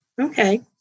Okay